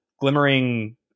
glimmering